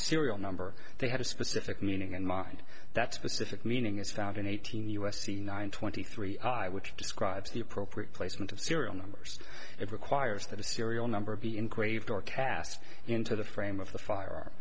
serial number they had a specific meaning in mind that specific meaning is found in eighteen u s c nine twenty three i which describes the appropriate placement of serial numbers it requires that a serial number be in craved or cast into the frame of the fire